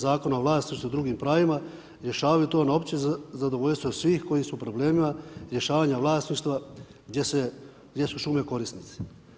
Zakona o vlasništvu i drugim pravima rješavaju to na opće zadovoljstvo svih koji su u problemima rješavanja vlasništva gdje su šume korisnici.